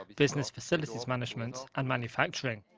business facilities management, and manufacturing.